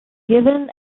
given